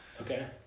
Okay